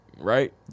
Right